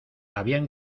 habían